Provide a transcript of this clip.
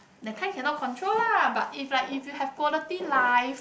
that kind cannot control lah but if like if you have quality life